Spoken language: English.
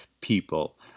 people